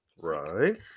Right